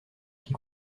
qui